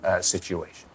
situation